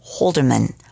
holderman